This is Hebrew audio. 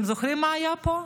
אתם זוכרים מה היה פה?